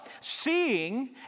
seeing